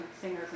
singers